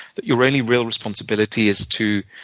that your only real responsibility is to